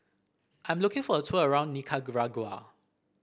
I am looking for a tour around Nicaragua